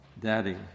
Daddy